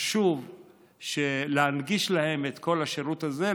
חשוב להנגיש להם את כל השירות הזה,